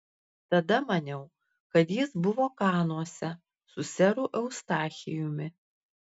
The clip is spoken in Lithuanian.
tada maniau kad jis buvo kanuose su seru eustachijumi